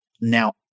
now